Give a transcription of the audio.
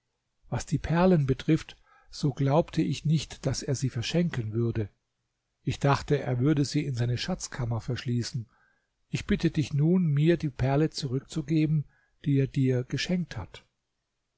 was die perlen betrifft so glaubte ich nicht daß er sie verschenken würde ich dachte er würde sie in seine schatzkammer verschließen ich bitte dich nun mir die perle zurückzugeben die er dir geschenkt hat